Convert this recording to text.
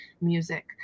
music